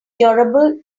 durable